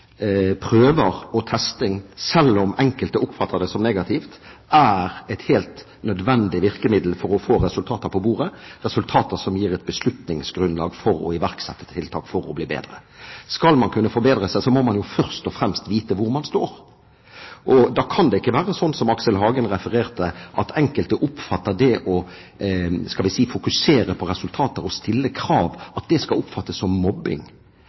prøver og testing, selv om enkelte oppfatter det som negativt, er et helt nødvendig virkemiddel for å få resultater på bordet, resultater som gir et beslutningsgrunnlag for å iverksette tiltak for å bli bedre. Skal man kunne forbedre seg, må man først og fremst vite hvor man står. Da kan det ikke være sånn som Aksel Hagen sa, at enkelte oppfatter det å fokusere på resultater og stille krav som mobbing. Det er jo det motsatte – å ikke stille krav, ikke fokusere på resultater – som